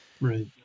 Right